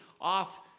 off